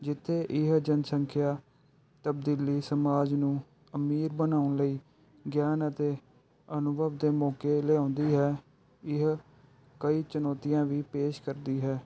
ਜਿੱਥੇ ਇਹ ਜਨਸੰਖਿਆ ਤਬਦੀਲੀ ਸਮਾਜ ਨੂੰ ਅਮੀਰ ਬਣਾਉਣ ਲਈ ਗਿਆਨ ਅਤੇ ਅਨੁਭਵ ਦੇ ਮੌਕੇ ਲਿਆਉਂਦੀ ਹੈ ਇਹ ਕਈ ਚੁਣੌਤੀਆਂ ਵੀ ਪੇਸ਼ ਕਰਦੀ ਹੈ